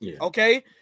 okay